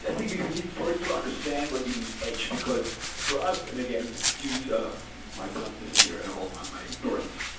ah think we need first to understand what you mean edge, because for us and again, excuse um my bluntness here and or my my ignorance.